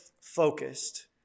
focused